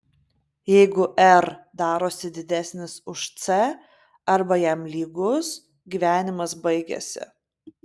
jeigu r darosi didesnis už c arba jam lygus gyvenimas baigiasi